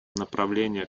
направление